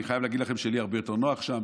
אני חייב להגיד לכם שלי הרבה יותר נוח שם,